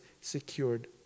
secured